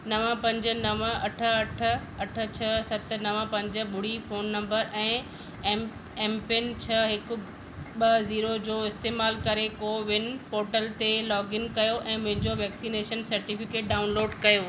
नव पंज नव अठ अठ अठ छ्ह सत नव पंज ॿुड़ी फ़ोन नंबरु ऐं एम एमपिन छह हिकु ब ज़ीरो जो इस्तेमाल करे कोविन पोर्टलु ते लोगइन कयो ऐं मुंहिंजो वैक्सीनेशन सर्टिफिकेटु डाउनलोडु कयो